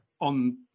on